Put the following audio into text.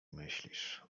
myślisz